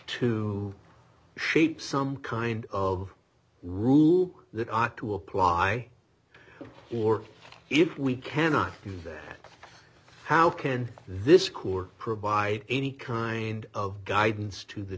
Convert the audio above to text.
to shape some kind of rule that ought to apply or if we cannot do that how can this court provide any kind of guidance to the